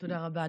תודה רבה.